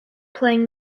playing